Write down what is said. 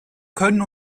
können